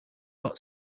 hot